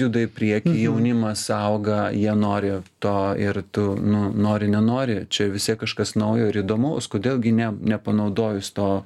juda į priekį jaunimas auga jie nori to ir tu nu nori nenori čia vis tiek kažkas naujo ir įdomaus kodėl gi ne nepanaudojus to